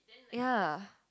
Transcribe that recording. ya